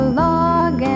log